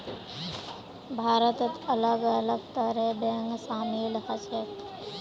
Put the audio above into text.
भारतत अलग अलग तरहर बैंक शामिल ह छेक